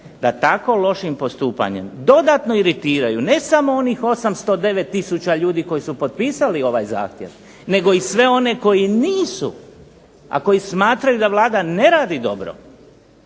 da tako lošim postupanjem dodatno iritiraju ne samo onih 809 tisuća ljudi koji su potpisali ovaj zahtjev nego i sve one koji nisu, a koji smatraju da Vlada ne radi dobro